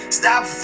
stop